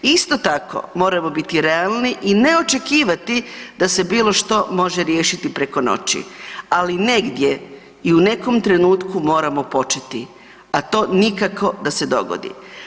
Isto tako, moramo biti realni i ne očekivati da se bilo što može riješiti preko noći, ali negdje i u nekom trenutku moramo početi, a to nikako da se dogodi.